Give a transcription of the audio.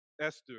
Esther